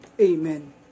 amen